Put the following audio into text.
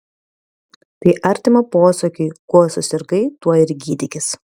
tai artima posakiui kuo susirgai tuo ir gydykis